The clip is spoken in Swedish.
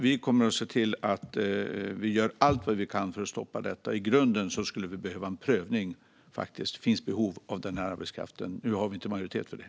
Vi kommer att se till att vi gör allt vad vi kan för att stoppa detta. I grunden skulle vi faktiskt behöva en prövning: Finns det behov av den här arbetskraften? Nu har vi inte majoritet för det.